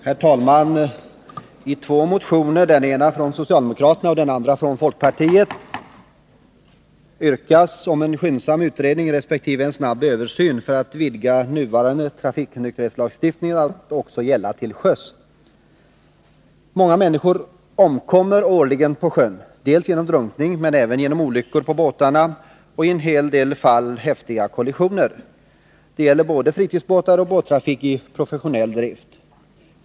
Herr talman! I två motioner, den ena från socialdemokraterna och den andra från folkpartiet, yrkas på en skyndsam utredning och en snabb översyn för att vidga nuvarande trafiknykterhetslagstiftning att gälla också till sjöss. Många människor omkommer årligen på sjön, dels genom drunkning, dels också genom olyckor på båtarna och i en del fall häftiga kollisioner. Det gäller både fritidsbåtar och båttrafik i professionell drift.